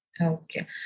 okay